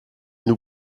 nous